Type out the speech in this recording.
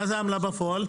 מה זה עמלה בפועל?